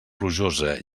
plujosa